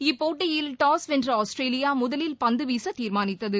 இப்போட்டியில் டாஸ் வென்ற ஆஸ்திரேலியா முதலில் பந்து வீச தீர்மானித்தது